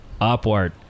upward